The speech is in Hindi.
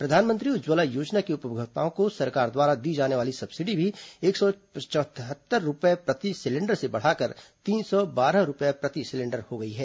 प्रधानमंत्री उज्जवला योजना के उपभोक्ताओं को सरकार द्वारा दी जाने वाली सब्सिडी भी एक सौ पचहत्तर रुपये प्रति सिलेंडर से बढ़कर तीन सौ बारह रुपये प्रति सिलेंडर हो गई है